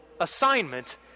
assignment